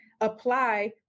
apply